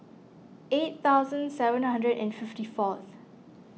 eight thousand seven hundred and fifty forth